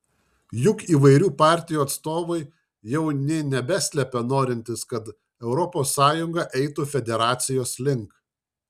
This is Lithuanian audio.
juk įvairių partijų atstovai jau nė nebeslepia norintys kad es eitų federacijos link